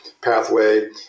pathway